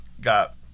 got